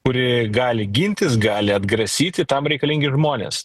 kuri gali gintis gali atgrasyti tam reikalingi žmonės